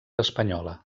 espanyola